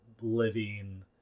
living